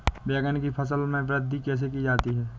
बैंगन की फसल में वृद्धि कैसे की जाती है?